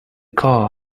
car